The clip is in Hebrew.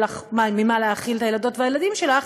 לך ממה להאכיל את הילדות והילדים שלך,